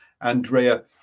Andrea